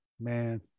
man